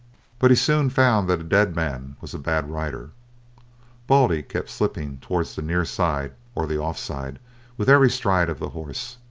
but he soon found that a dead man was a bad rider baldy kept slipping towards the near side or the off side with every stride of the horse,